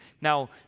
now